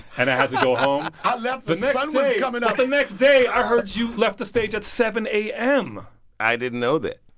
and i had to go home i left, but the sun was coming up the next day, i heard you left the stage at seven a m i didn't know that.